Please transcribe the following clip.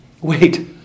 Wait